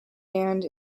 and